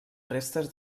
restes